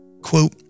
quote